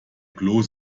kloß